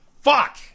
Fuck